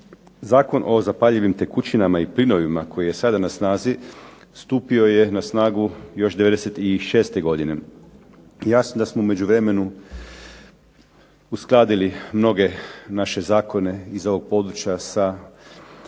Zakon o zapaljivim tekućinama i plinovima koji je sada na snazi stupio je na snagu još '96. godine. Jasno da smo u međuvremenu uskladili mnoge naše zakone iz ovog područja sa